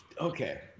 okay